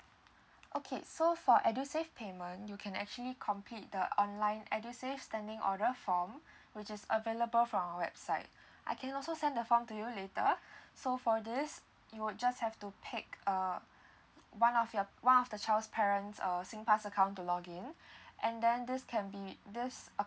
okay so for edusave payment you can actually complete the online edusave standing order form which is available from our website I can also send the form to you later so for this you would just have to pick uh one of your one of the child's parents uh singpass account to login and then this can be this